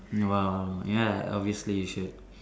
no um ya obviously you should